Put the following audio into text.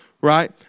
right